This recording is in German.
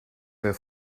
wer